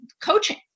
coaching